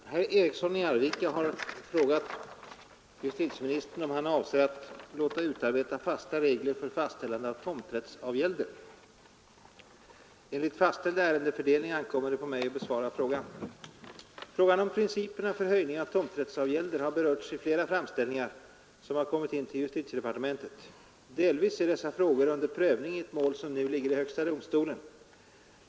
Herr talman! Herr Eriksson i Arvika har frågat justitieministern om han avser att låta utarbeta fasta regler för fastställande av tomträttsavgälder. Enligt fastställd ärendefördelning ankommer det på mig att besvara frågan. Frågan om principerna för höjning av tomträttsavgälder har berörts i flera framställningar som kommit in till justitiedepartementet. Delvis är dessa frågor under prövning i ett mål som nu ligger i högsta domstolen.